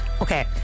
okay